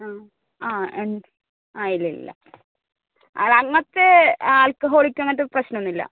ആ ആ ആ ഇല്ലില്ലില്ല അത് അങ്ങനത്തെ ആൽക്കഹോളിക്ക് അങ്ങനത്തെ പ്രശ്നമൊന്നുമില്ല